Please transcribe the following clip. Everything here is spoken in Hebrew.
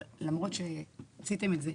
אבל בגלל שעשיתם את זה,